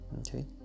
okay